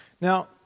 Now